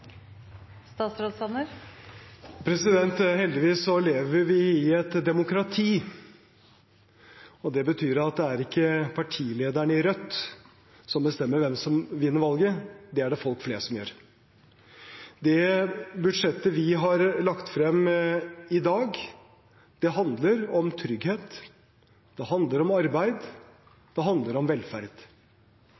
ikke partilederen i Rødt som bestemmer hvem som vinner valget. Det er det folk flest som gjør. Det budsjettet vi har lagt frem i dag, handler om trygghet – det handler om arbeid,